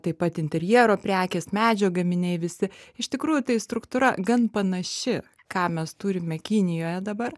taip pat interjero prekės medžio gaminiai visi iš tikrųjų tai struktūra gan panaši ką mes turime kinijoje dabar